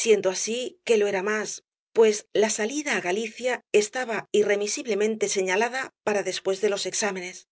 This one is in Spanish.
siendo así que lo era más pues la salida á galicia estaba irremisiblemente señalada para después de los exámenes y